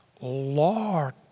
Lord